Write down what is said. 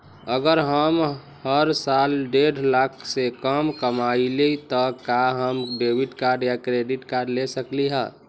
अगर हम हर साल डेढ़ लाख से कम कमावईले त का हम डेबिट कार्ड या क्रेडिट कार्ड ले सकली ह?